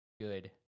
good